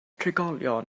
trigolion